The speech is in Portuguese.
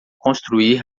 construir